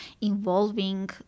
involving